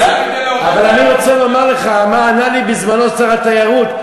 אבל אני רוצה לומר לך מה ענה לי בזמנו שר התיירות.